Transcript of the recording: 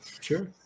sure